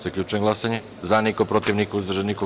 Zaključujem glasanje: za – niko, protiv – niko, uzdržanih – nema.